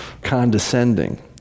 condescending